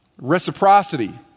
Reciprocity